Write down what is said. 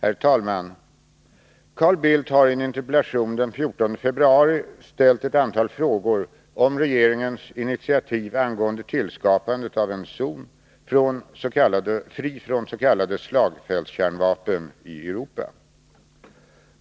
Herr talman! Carl Bildt har i en interpellation den 14 februari ställt ett antal frågor om regeringens initiativ angående tillskapandet av en zon fri från s.k. slagfältskärnvapen i Europa.